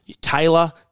Taylor